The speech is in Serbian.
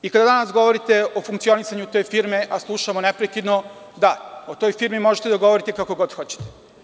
I kada danas govorite o funkcionisanju te firme, a slušamo neprekidno, da, o toj firmi možete da govorite kako god hoćete.